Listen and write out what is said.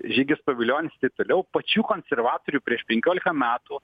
žygis pavilionis taip toliau pačių konservatorių prieš penkiolika metų